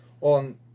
On